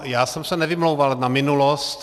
Já jsem se nevymlouval na minulost.